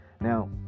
Now